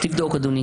תבדוק, אדוני.